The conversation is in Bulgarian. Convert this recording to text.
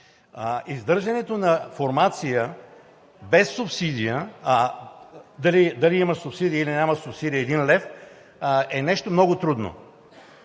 Издържането на формация без субсидия – дали има субсидия, или няма субсидия 1 лв., е нещо много трудно.